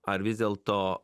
ar vis dėlto